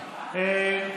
גם אני.